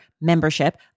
membership